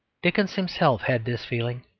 dickens himself had this feeling,